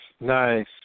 nice